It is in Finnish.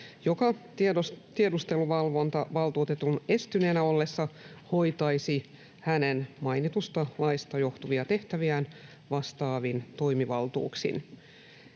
joka tiedusteluvalvontavaltuutetun estyneenä ollessa hoitaisi hänen mainitusta laista johtuvia tehtäviään vastaavin toimivaltuuksin.